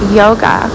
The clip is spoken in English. yoga